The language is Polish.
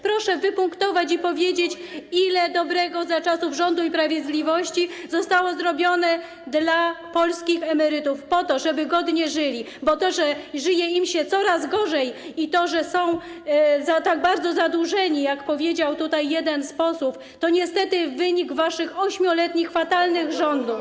Proszę wypunktować i powiedzieć, ile dobrego za czasów rządów Prawa i Sprawiedliwości zostało zrobione dla polskich emerytów po to, żeby godnie żyli, bo to, że żyje im się coraz gorzej, i to, że są tak bardzo zadłużeni, jak powiedział tutaj jeden z posłów, to niestety wynik waszych fatalnych 8-letnich rządów.